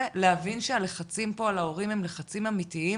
להבין שהלחצים פה על ההורים הם לחצים אמיתיים,